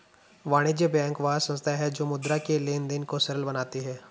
वाणिज्य बैंक वह संस्था है जो मुद्रा के लेंन देंन को सरल बनाती है